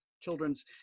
children's